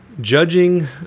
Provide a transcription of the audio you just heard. judging